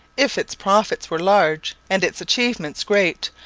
if its profits were large and its achievements great,